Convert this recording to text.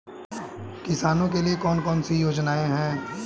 किसानों के लिए कौन कौन सी योजनाएं हैं?